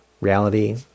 reality